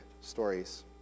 stories